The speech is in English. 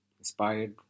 inspired